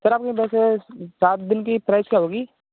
sir आपकी वैसे सात दिन की प्राइस क्या होगी